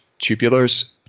tubulars